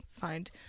find